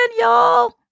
y'all